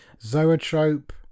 zoetrope